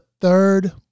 third